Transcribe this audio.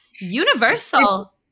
universal